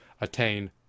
attain